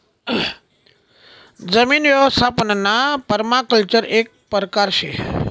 जमीन यवस्थापनना पर्माकल्चर एक परकार शे